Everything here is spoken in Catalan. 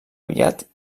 aviat